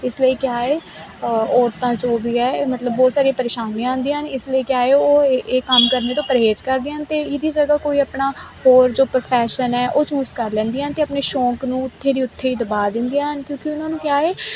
ਇਸ ਲਈ ਕਿਹਾ ਹ ਔਰਤਾਂ ਜੋ ਵੀ ਹੈ ਮਤਲਬ ਬਹੁਤ ਸਾਰੀਆਂ ਪਰੇਸ਼ਾਨੀਆਂ ਆਉਂਦੀਆਂ ਹਨ ਇਸ ਲਈ ਕਿ ਆਓ ਇਹ ਕੰਮ ਕਰਨੇ ਤੋਂ ਪਰਹੇਜ ਕਰਦੀਆਂ ਹਨ ਤੇ ਇਹਦੀ ਜਗ੍ਹਾ ਕੋਈ ਆਪਣਾ ਹੋਰ ਜੋ ਪ੍ਰੋਫੈਸ਼ਨ ਹ ਉਹ ਚੂਜ ਕਰ ਲੈਂਦੀਆਂ ਤੇ ਆਪਣੇ ਸ਼ੌਂਕ ਨੂੰ ਉੱਥੇ ਦੀ ਉੱਥੇ ਹੀ ਦਬਾ ਦਿੰਦੇ ਆ ਕਿਉਂਕਿ ਉਹਨਾਂ ਨੂੰ ਕਿਹਾ ਹ